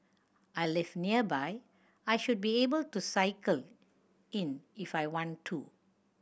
I live nearby I should be able to cycle in if I want to